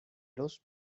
los